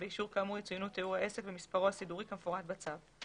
באישור כאמור יצוינו תיאור העסק ומספרו הסידורי כמפורט בצו.